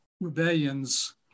rebellions